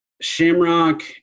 Shamrock